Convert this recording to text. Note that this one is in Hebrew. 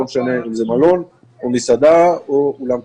לא משנה אם זה מלון או מסעדה או אולם תרבות.